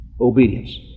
Obedience